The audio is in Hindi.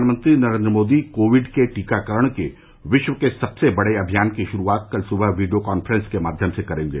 प्रधानमंत्री नरेंद्र मोदी कोविड के टीकाकरण के विश्व के सबसे बडे अमियान की शुरूआत कल सुबह वीडियो काफ्रेंस के माध्यम से करेंगे